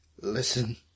Listen